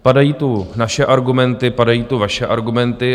Padají tu naše argumenty, padají tu vaše argumenty.